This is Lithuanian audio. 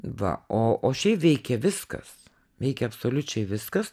va o o šiai veikia viskas veikia absoliučiai viskas